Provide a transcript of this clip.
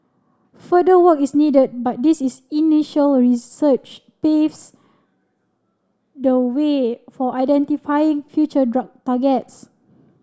further work is needed but this is initial research paves the way for identifying future drug targets